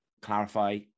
clarify